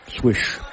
Swish